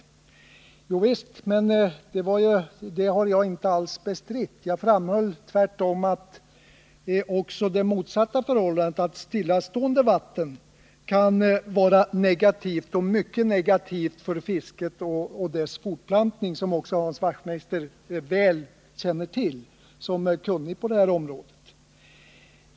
Jovisst, men det har jag inte alls bestritt. Jag framhöll tvärtom att också det motsatta förhållandet, nämligen stillastående vatten, kan vara mycket negativt för fisket och fiskens fortplantning, något som Hans Wachtmeister också väl känner till såsom sakkunnig på området.